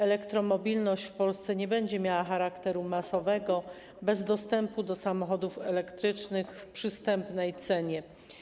Elektromobilność w Polsce nie będzie miała charakteru masowego bez dostępu do samochodów elektrycznych w przystępnej cenie.